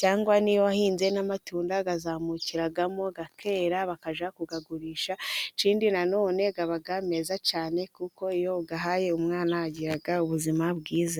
cyangwa n'iyo wahinze n'amatunda azamukiramo, akera bakajya kuyagurisha. Ikindi na none uba mwiza cyane, kuko iyo uwuhaye umwana, agira ubuzima bwiza.